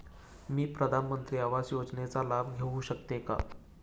मी प्रधानमंत्री आवास योजनेचा लाभ घेऊ शकते का?